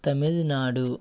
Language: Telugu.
తమిళనాడు